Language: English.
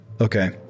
Okay